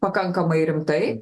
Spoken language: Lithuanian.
pakankamai rimtai